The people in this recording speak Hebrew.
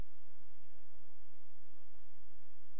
ובמקום זאת נקטה צעדי שביתה לא מוצדקים ולא לגיטימיים,